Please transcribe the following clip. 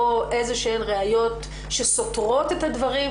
או איזה שהן ראיות שסותרות את הדברים